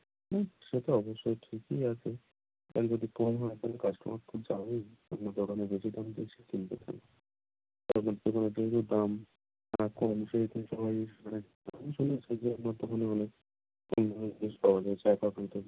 হুম সে তো অবশ্যই ঠিকই আছে দাম যদি কম হয় তাহলে কাস্টমার তো যাবেই আপনার দোকানে বেশি দাম দিয়ে সে কিনবে কেন আপনার দোকানে যেহেতু দাম অনেক কম সেহেতু সবাই মানে আমি শুনেছি যে আপনার দোকানে অনেক কম দামে জিনিস পাওয়া যায় চা কফি ইত্যাদি